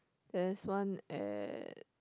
there's one at